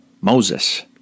Moses